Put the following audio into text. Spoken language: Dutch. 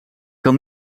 kan